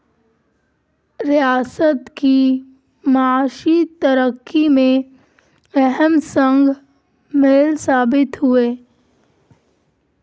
ریاست کی معاشی ترقی میں اہم سنگ میل ثابت ہوئے